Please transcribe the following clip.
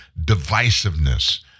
divisiveness